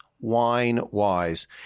wine-wise